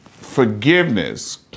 Forgiveness